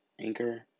Anchor